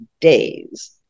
days